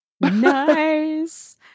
Nice